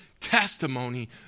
testimony